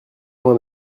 moi